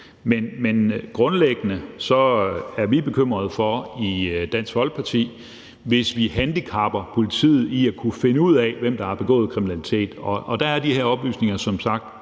Men grundlæggende er vi bekymrede for i Dansk Folkeparti, hvis vi handicapper politiet i at kunne finde ud af, hvem der har begået kriminalitet, og der er de her oplysninger som sagt